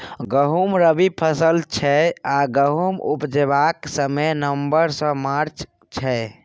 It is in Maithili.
गहुँम रबी फसल छै आ गहुम उपजेबाक समय नबंबर सँ मार्च छै